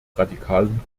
radikalen